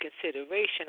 consideration